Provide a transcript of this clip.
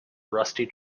rusty